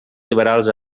liberals